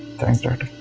thanks dad.